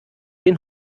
den